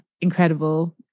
incredible